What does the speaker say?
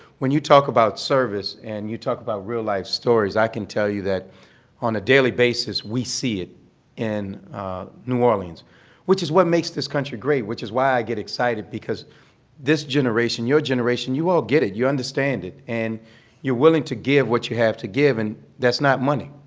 when you talk about service and you talk about real life stories, i can tell you that on a daily basis, we see it in new orleans, which is what makes this country great, which is why i get excited, because this generation, your generation, you all get it. you understand it and you're willing to give what have you to give, and that's not money.